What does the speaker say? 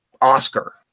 oscar